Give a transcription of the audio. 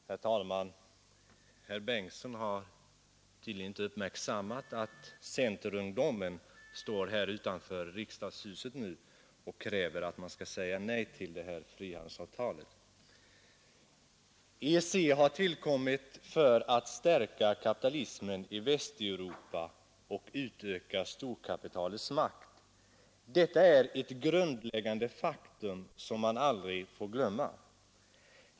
Herr talman! Herr Bengtson har tydligen inte uppmärksammat att centerungdomen står här utanför Riksdagshuset nu och kräver att man skall säga nej till det här frihandelsavtalet. EEC har tillkommit för att stärka kapitalismen i Västeuropa och utöka storkapitalets makt. Detta är ett grundläggande faktum som man aldrig får glömma.